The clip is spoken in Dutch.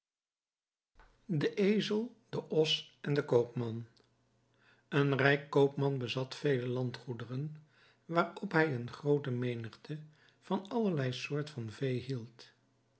de ezel de os en de koopman een rijk koopman bezat vele landgoederen waarop hij eene groote menigte van allerlei soort van vee hield